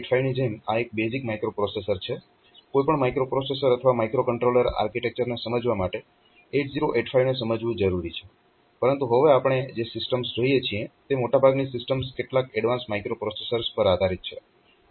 તો 8085 ની જેમ આ એક બેઝીક માઇક્રોપ્રોસેસર છે કોઈ પણ માઇક્રોપ્રોસેસર અથવા માઇક્રોકન્ટ્રોલર આર્કિટેક્ચરને સમજવા માટે 8085 ને સમજવું જરૂરી છે પરંતુ હવે આપણે જે સિસ્ટમ્સ જોઈએ છીએ તે મોટા ભાગની સિસ્ટમ્સ કેટલાક એડવાન્સ માઇક્રોપ્રોસેસર્સ પર આધારીત છે